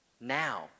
now